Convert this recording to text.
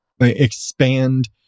expand